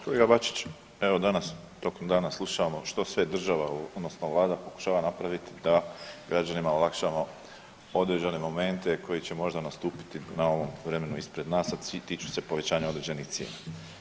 Kolega Bačić, evo danas tokom dana slušamo što sve država odnosno vlada pokušava napraviti da građanima olakšamo određene momente koji će možda nastupiti na ovom vremenu ispred nas, a tiču se povećanja određenih cijena.